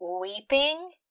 weeping